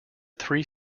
three